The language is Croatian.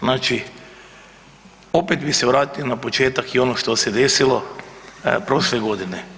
Znači opet bi se vratio na početak i ono što se desilo prošle godine.